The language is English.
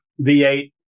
v8